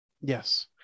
Yes